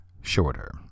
Shorter